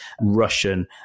Russian